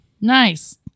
Nice